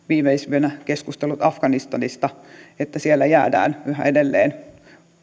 viimeisimpänä ovat keskustelut afganistanista että siellä jäädään yhä edelleen